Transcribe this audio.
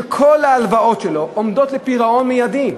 וכל ההלוואות שלו עומדות לפירעון מיידי.